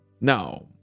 Now